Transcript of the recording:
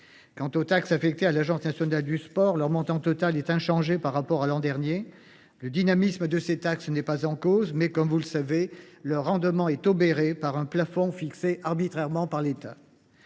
Les taxes affectées à l’Agence nationale du sport voient quant à elles leur montant total rester inchangé par rapport à l’an dernier. Le dynamisme de ces taxes n’est pas en cause, mais, comme vous le savez, leur rendement est obéré par un plafond fixé arbitrairement par l’État.